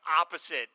opposite